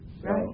Right